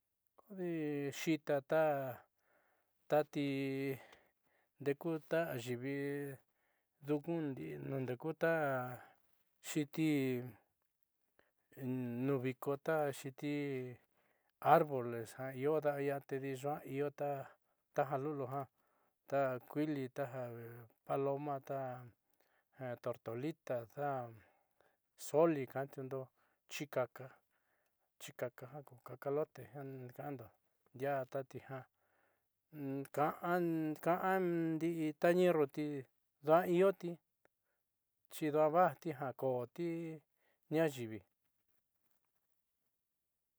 Kodi xiita tati ndeeku ta ayiivi nduku nuu ndeku ta xiti nuuviko ta xiti arboles jaaio daai'ida tedi du'ua io taja luliu ja ta kuiili, taja paloma, taja tortolita, ta zoli ka'antiundo chikaka ku cacalote, joi ka'ando ndiaa tati ja ka'an ka'an ndii ta ñerruti dua'a iioti xi duaa vaajti ja dua'an kooti nuun ayiivi.